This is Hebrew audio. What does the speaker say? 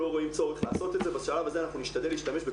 לא עשתה את זה